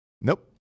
Nope